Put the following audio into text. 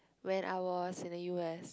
when I was in the U_S